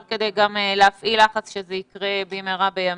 כדי להפעיל לחץ כשזה יקרה במהרה בימינו.